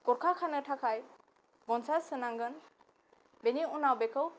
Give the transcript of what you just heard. गरखा खानो थाखाय गनसा सोनांगोन बेनि उनाव बेखौ